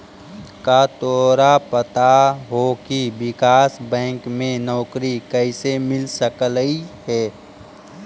का तोरा पता हो की विकास बैंक में नौकरी कइसे मिल सकलई हे?